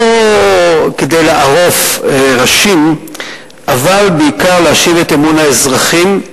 לא כדי לערוף ראשים אלא בעיקר כדי להשיב את אמון האזרחים,